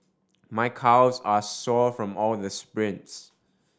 my calves are sore from all the sprints